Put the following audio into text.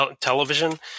television